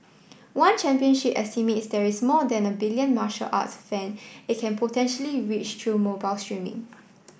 one Championship estimates there is more than a billion martial arts fan it can potentially reach through mobile streaming